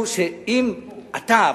שאם אתה,